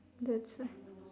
that's why